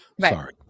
Sorry